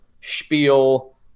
spiel